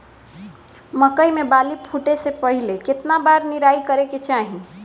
मकई मे बाली फूटे से पहिले केतना बार निराई करे के चाही?